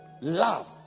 Love